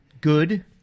good